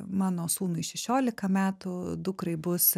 mano sūnui šešiolika metų dukrai bus